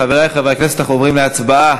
חברי חברי הכנסת, אנחנו עוברים להצבעה,